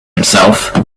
himself